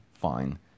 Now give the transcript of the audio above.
Fine